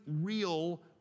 real